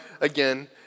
again